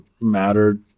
mattered